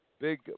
big